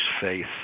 faith